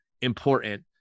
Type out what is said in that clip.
important